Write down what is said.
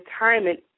retirement